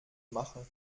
mache